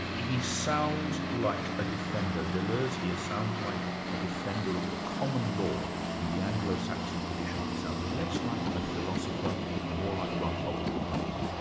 he sounds like a defender, deleuze here sounds like a defender of the common law in the anglo saxon tradition, he sounds less like a philosopher and more like rumpole of the bailey.